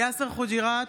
יאסר חוג'יראת,